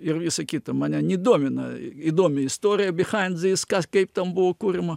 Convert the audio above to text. ir visa kita mane nidomina įdomi istorija behind this kas kaip ten buvo kuriama